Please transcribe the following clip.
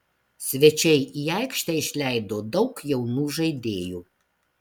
svečiai į aikštę išleido daug jaunų žaidėjų